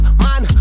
man